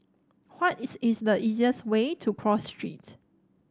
what is is the easiest way to Cross Street